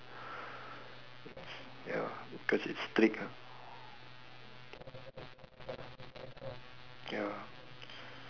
it's ya because it's strict ah ya